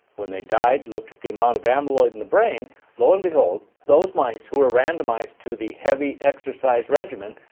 when they died looked at the amount of amyloid in the brain lo and behold those mice who were randomised to the heavy exercise regimen,